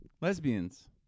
Lesbians